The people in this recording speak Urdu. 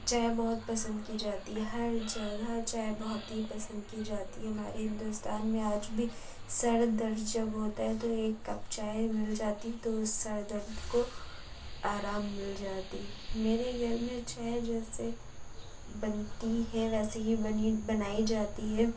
چائے بہت پسند کی جاتی ہے ہر جگہ چائے بہت ہی پسند کی جاتی ہے ہمارے ہندوستان میں آج بھی سر درد جب ہوتا ہے تو ایک کپ چائے مل جاتی ہے تو سر درد کو آرام مل جاتی ہے میرے گھر میں چائے جیسے بنتی ہے ویسی ہی بنی بنائی جاتی ہے